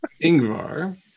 Ingvar